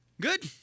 Good